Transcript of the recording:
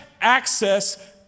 access